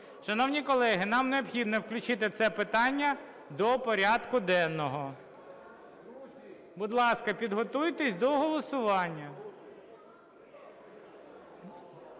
Шановні колеги, нам необхідно включити це питання до порядку денного. Будь ласка, підготуйтесь до голосування.